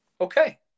Okay